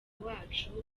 wacu